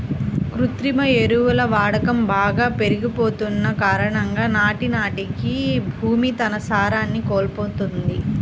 కృత్రిమ ఎరువుల వాడకం బాగా పెరిగిపోతన్న కారణంగా నానాటికీ భూమి తన సారాన్ని కోల్పోతంది